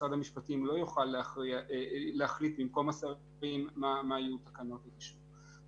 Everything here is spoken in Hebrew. משרד המשפטים לא יוכל להחליט במקום השרים מה יהיו תקנות הגישור.